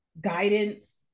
guidance